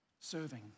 Serving